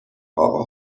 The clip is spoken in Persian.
اقا